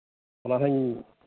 ᱚᱱᱟᱦᱩᱧ